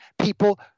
people